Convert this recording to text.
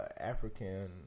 African